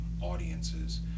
audiences